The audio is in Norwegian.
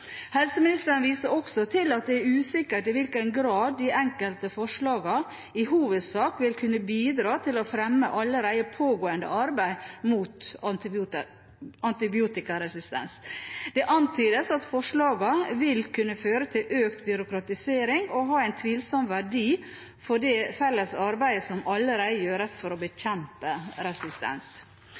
Helseministeren viser også til at det er usikkert i hvilken grad de enkelte forslagene i hovedsak vil kunne bidra til å fremme allerede pågående arbeid mot antibiotikaresistens. Det antydes at forslagene vil kunne føre til økt byråkratisering og ha en tvilsom verdi for det felles arbeidet som allerede gjøres for å bekjempe resistens.